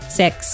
six